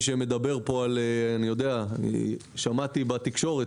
שמעתי שבתקשורת,